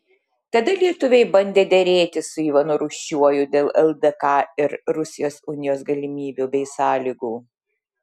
tada lietuviai bandė derėtis su ivanu rūsčiuoju dėl ldk ir rusijos unijos galimybių bei sąlygų